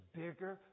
bigger